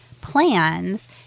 plans